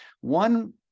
One